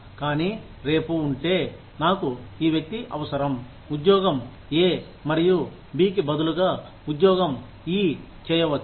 కానీ రేపు ఉంటే నాకు ఈ వ్యక్తి అవసరం ఉద్యోగం ఏ మరియు బి కి బదులుగా ఉద్యోగం ఈ చేయవచ్చు